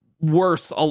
worse